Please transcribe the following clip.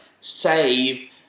save